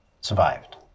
survived